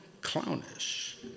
clownish